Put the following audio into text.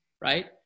right